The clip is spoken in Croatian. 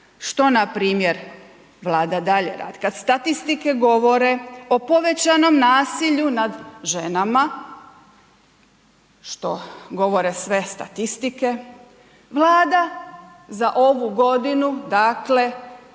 što na primjer Vlada dalje radi? Kad statistike govore o povećanom nasilju nad ženama, što govore sve statistike, Vlada za ovu godinu dakle